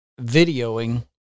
videoing